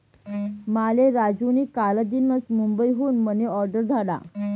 माले राजू नी कालदीनच मुंबई हुन मनी ऑर्डर धाडा